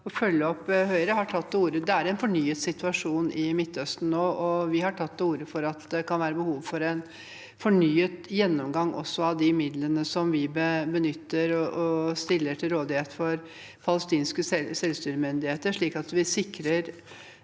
Det er en fornyet situasjon i Midtøsten nå. Høyre har tatt til orde for at det kan være behov for en fornyet gjennomgang også av de midlene som vi stiller til rådighet for palestinske selvstyremyndigheter, slik at vi sikrer